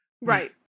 Right